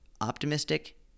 Optimistic